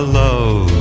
love